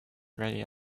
ready